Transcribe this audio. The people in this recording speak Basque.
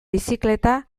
bizikleta